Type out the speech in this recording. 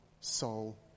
soul